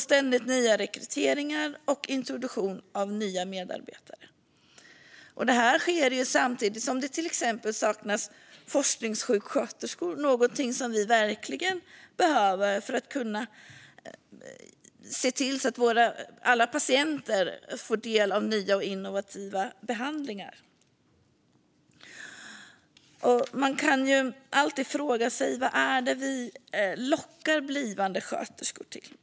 Ständigt pågår rekryteringar och introduktion av nya medarbetare. Detta sker samtidigt som det saknas exempelvis forskningssjuksköterskor, något som verkligen behövs för att patienter ska kunna få del av nya och innovativa behandlingar. Vad är det vi lockar blivande sköterskor till?